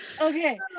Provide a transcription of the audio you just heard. Okay